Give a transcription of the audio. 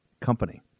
company